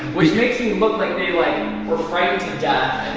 which makes look like they like were frightened to death.